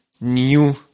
new